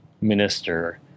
minister